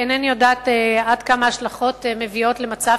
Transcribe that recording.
אינני יודעת עד כמה ההשלכות מביאות למצב